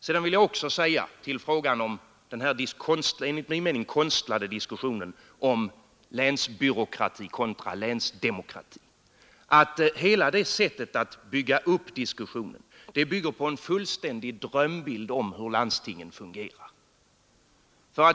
Sedan vill jag säga i anslutning till den enligt min mening konstlade diskussionen om länsbyråkrati kontra länsdemokrati, att hela det sättet att lägga upp diskussionen bygger på en drömbild om hur landstingen fungerar.